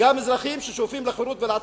גם אזרחים ששואפים לחירות ולעצמאות,